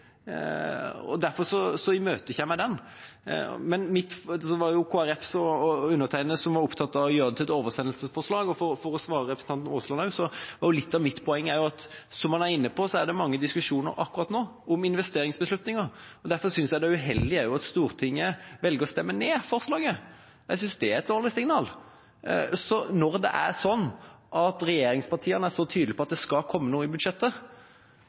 jeg var inne på i mitt innlegg. Så er det ting utover kun å redusere elavgiften som er viktig. Derfor imøteser jeg den vurderinga. Kristelig Folkeparti og jeg var opptatt av å gjøre forslaget om til et oversendelsesforslag, og for å svare representanten Aasland: Litt av mitt poeng, som han var inne på, er at det er mange diskusjoner akkurat nå om investeringsbeslutninger. Derfor synes jeg det er uheldig at Stortinget velger å stemme ned forslaget. Jeg synes det er et dårlig signal. Når det er sånn at regjeringspartiene er så tydelig på at det skal komme noe i